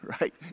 right